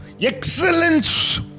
excellence